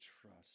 trust